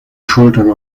schultern